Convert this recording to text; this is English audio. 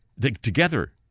together